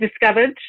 discovered